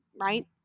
right